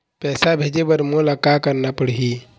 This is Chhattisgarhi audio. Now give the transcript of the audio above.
पैसा भेजे बर मोला का करना पड़ही?